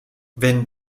wenn